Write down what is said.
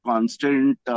Constant